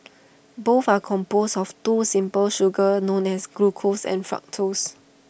both are composed of two simple sugars known as glucose and fructose